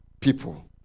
people